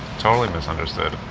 totally misunderstood.